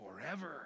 Forever